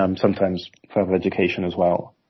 um sometimes further education as well.